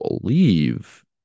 believe